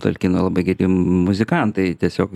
talkino labai kaip muzikantai tiesiog